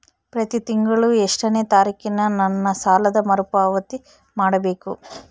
ಪ್ರತಿ ತಿಂಗಳು ಎಷ್ಟನೇ ತಾರೇಕಿಗೆ ನನ್ನ ಸಾಲದ ಮರುಪಾವತಿ ಮಾಡಬೇಕು?